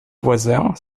voisins